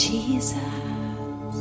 Jesus